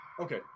Okay